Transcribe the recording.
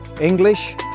English